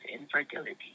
infertility